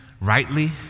rightly